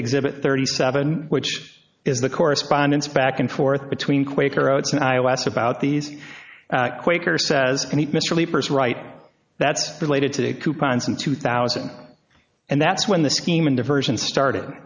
at exhibit thirty seven which is the correspondence back and forth between quaker oats and i asked about these quaker says mr right that's related to it coupons in two thousand and that's when the scheme and diversion started